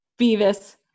Beavis